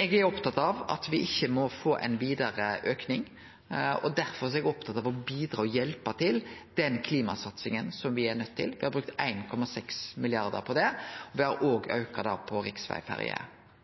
Eg er opptatt av at me ikkje må få ein vidare auke, og derfor er eg opptatt av å bidra og hjelpe til i den klimasatsinga som me er nøydde til å gjere. Me har brukt 1,6 mrd. kr til det, og me har også auka